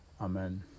Amen